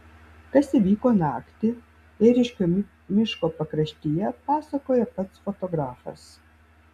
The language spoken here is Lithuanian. kas įvyko naktį ėriškių miško pakraštyje pasakoja pats fotografas